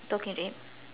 talking to him